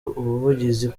ubuvugizi